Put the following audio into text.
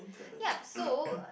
yup so